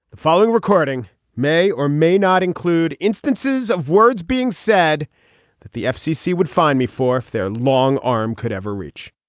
the following recording may or may not include instances of words being said that the fcc would find me for if their long arm could ever reach